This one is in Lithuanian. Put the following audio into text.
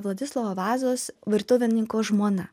vladislovo vazos virtuvininko žmona